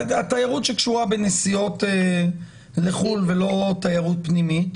תיירות שקשורה בנסיעות לחוץ לארץ ולא תיירות פנימית.